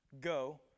Go